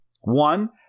One